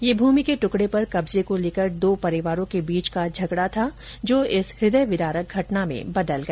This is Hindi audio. यह भूमि के ट्कडे पर कब्जे को लेकर दो परिवारों के बीच का झगडा था जो इस हृदय विदारक घटना में बदल गया